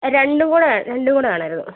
ആ രണ്ടും കൂടെ രണ്ടും കൂടെ വേണമായിരുന്നു